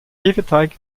hefeteig